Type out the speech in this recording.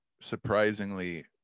surprisingly